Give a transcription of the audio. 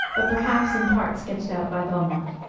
but perhaps, in part, sketched out by beaumont.